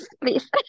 please